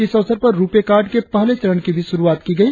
इस अवसर पर रुपे कार्ड के पहले चरण की भी शुरुआत की गई